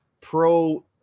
pro-